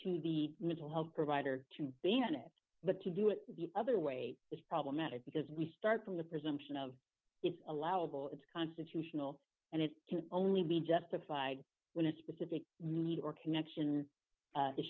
to be mental health provider to be in it but to do it the other way is problematic because we start from the presumption of it's allowable it's constitutional and it can only be justified when a specific need or connection